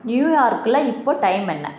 நியூயார்க்கில் இப்போ டைம் என்ன